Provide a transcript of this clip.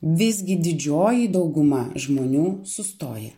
visgi didžioji dauguma žmonių sustoja